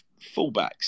fullbacks